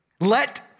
Let